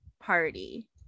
party